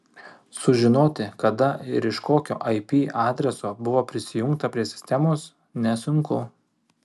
sužinoti kada ir iš kokio ip adreso buvo prisijungta prie sistemos nesunku